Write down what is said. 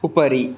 उपरि